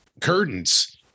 curtains